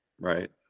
right